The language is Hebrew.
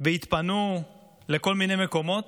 והתפנו לכל מיני מקומות,